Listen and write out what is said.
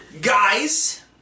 Guys